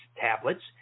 tablets